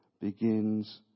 begins